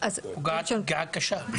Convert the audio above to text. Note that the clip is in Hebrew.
פוגעת פגיעה קשה.